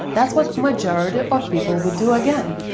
that's what majority of people would do again.